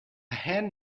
hand